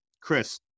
Chris